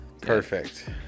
perfect